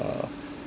uh